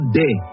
day